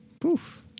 Poof